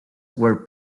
were